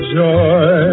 joy